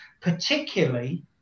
particularly